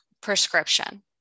prescription